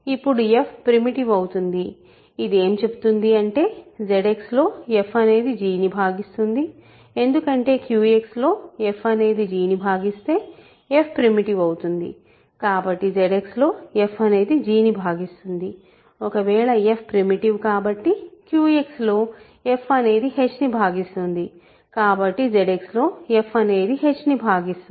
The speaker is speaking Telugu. ఇప్పుడు f ప్రిమిటివ్ అవుతుంది ఇది ఏం చెప్తుంది అంటే ZX లో f అనేది g ని భాగిస్తుంది ఎందుకంటే QX లో f అనేది g ను భాగిస్తే f ప్రిమిటివ్ అవుతుంది కాబట్టి ZX లో f అనేది g ను భాగిస్తుంది ఒకవేళ f ప్రిమిటివ్ కాబట్టి QX లో f అనేది h ను భాగిస్తుంది కాబట్టి ZX లోf అనేది h ని భాగిస్తుంది